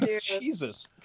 Jesus